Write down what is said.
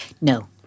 No